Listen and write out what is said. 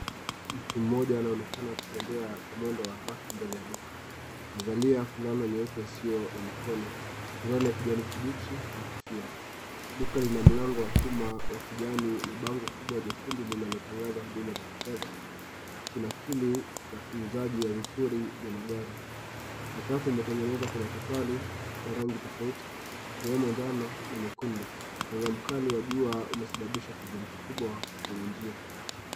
Mtu mmoja anaonekana akitembea kwa mwendo wa haraka mbele ya duka amevalia fulana nyeupe isiyo na mikono, suruali ya kijani kibichi na kofia , duka lina mlango wa chuma wa kijani na bango kubwa jekundu linalotangaza huduma za kifedha ,kunakiri na uuzaji wa vifuli vya magari ,sakafu imetengenezwa kwa matofali ya rangi tofauti ikiwemo jano na nyekundu mwanga mkali wa jua umesababisha kivuli kikubwa kwenye njia.